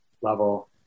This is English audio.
level